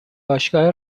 باشگاه